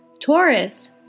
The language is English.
Taurus